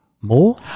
more